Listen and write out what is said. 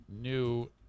New